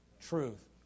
truth